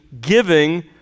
giving